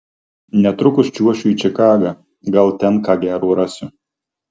netrukus čiuošiu į čikagą gal ten ką gero rasiu